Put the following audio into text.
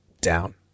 down